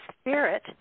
spirit